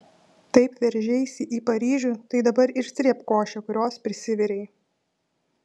taip veržeisi į paryžių tai dabar ir srėbk košę kurios prisivirei